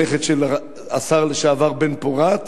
הנכד של השר לשעבר בן-פורת,